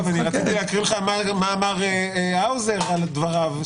אגב, רציתי להקריא לך מה אמר האוזר על דבריו.